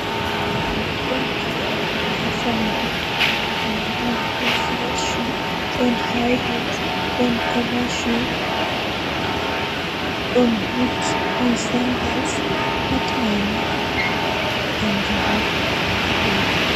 Taalel taalel jannata booyel,